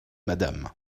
madame